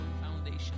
foundation